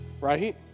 Right